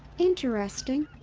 interesting.